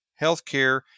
healthcare